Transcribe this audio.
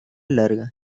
larga